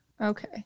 okay